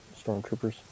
stormtroopers